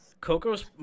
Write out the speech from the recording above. Coco's